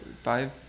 five